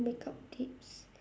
makeup tips